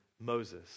Moses